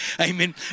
amen